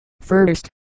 first